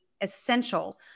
essential